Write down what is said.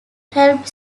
helped